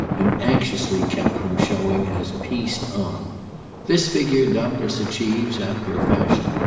and anxiously kept from showing as pieced on this figure doubtless achieves, after a fashion,